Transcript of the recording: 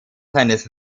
seines